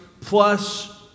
plus